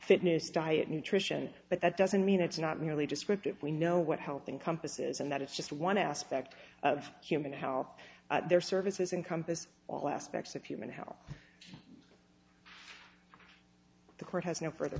fitness diet nutrition but that doesn't mean it's not merely descriptive we know what helping compass is and that is just one aspect of human how their services encompass all aspects of human health the court has no further